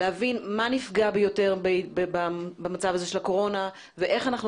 להבין מה נפגע ביותר במצב הזה של הקורונה ואיך אנחנו